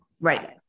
Right